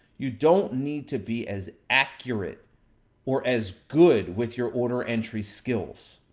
you don't need to be as accurate or as good, with your order entry skills?